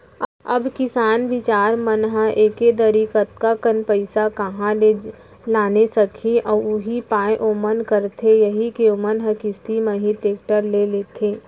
अब किसान बिचार मन ह एके दरी अतका कन पइसा काँहा ले लाने सकही उहीं पाय ओमन करथे यही के ओमन ह किस्ती म ही टेक्टर ल लेथे